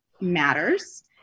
matters